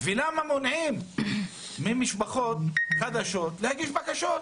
ולמה מונעים ממשפחות חדשות להגיש בקשות?